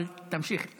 אבל תמשיך.